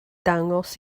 dangos